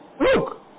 Look